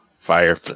Fire